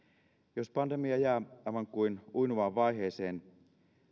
jos pandemia jää aivan kuin uinuvaan vaiheeseen